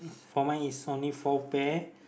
for mine is only four pairs